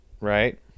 Right